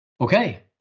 Okay